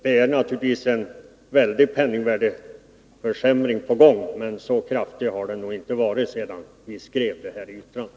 Det sker naturligtvis en väldig penningvärdeförsämring, men så kraftig har den inte varit sedan vi skrev detta yttrande.